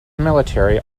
military